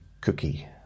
cookie